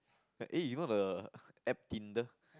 like eh you know the App Tinder